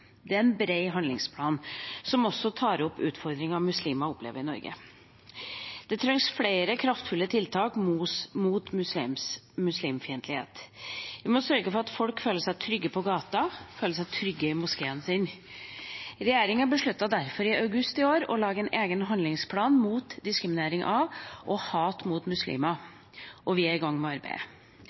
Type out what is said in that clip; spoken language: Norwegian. Det er en bred handlingsplan som også tar opp utfordringer muslimer opplever i Norge. Det trengs flere kraftfulle tiltak mot muslimfiendtlighet. Vi må sørge for at folk føler seg trygge på gata, føler seg trygge i moskeen sin. Regjeringa besluttet derfor i august i år å lage en egen handlingsplan mot diskriminering av og hat mot muslimer, og vi er i gang med arbeidet.